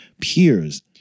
peers